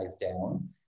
down